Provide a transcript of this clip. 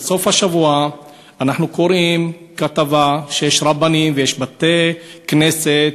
אנחנו קוראים כתבה שיש רבנים ויש בתי-כנסת